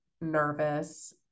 nervous